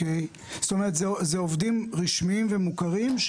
זאת אומרת שזה עובדים רשמיים ומוכרים?